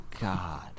God